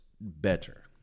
better